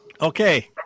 Okay